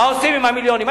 מה עושים עם המיליונים.